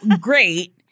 great